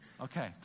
Okay